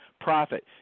profit